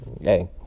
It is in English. hey